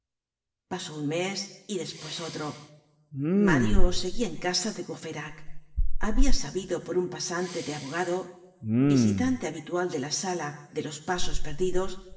pasó un mes y despues otro mario seguía en casa de courfeyrac habia sabido por un pasante de abogado visitante habitual de la sala de los pasos perdidos